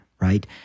right